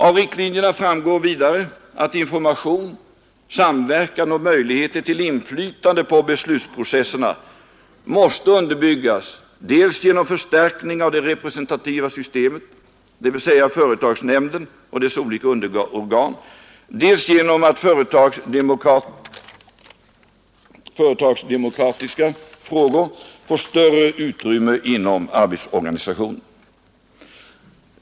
Av riktlinjerna framgår vidare att information, samverkan och möjligheter till inflytande på beslutsprocesserna måste underbyggas dels genom förstärkning av det representativa systemet — dvs. företagsnämnden och dess olika underorgan —, dels genom att företagsdemokratiska frågor får större utrymme inom arbetsorganisationen.